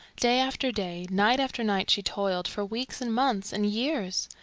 day after day, night after night she toiled, for weeks and months and years.